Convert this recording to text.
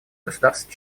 государств